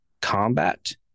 combat